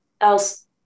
else